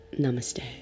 Namaste